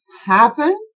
happen